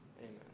amen